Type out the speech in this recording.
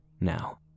Now